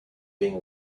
being